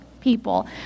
people